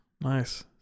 Nice